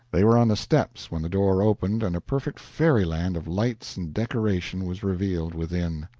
they were on the steps when the door opened and a perfect fairyland of lights and decoration was revealed within.